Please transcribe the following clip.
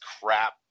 crap